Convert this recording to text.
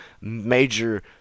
major